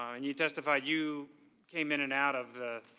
um and you testified you came in and out of the